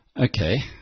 Okay